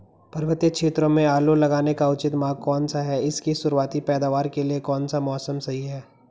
पर्वतीय क्षेत्रों में आलू लगाने का उचित माह कौन सा है इसकी शुरुआती पैदावार के लिए कौन सा मौसम सही है?